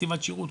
חטיבת שירות,